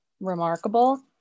remarkable